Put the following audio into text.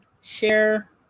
share